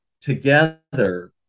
together